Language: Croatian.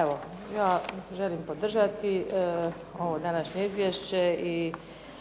Evo, ja želim podržati ovo današnje izvješće i